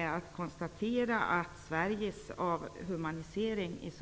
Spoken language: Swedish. Då har Sveriges avhumanisering